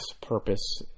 purpose